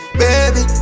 baby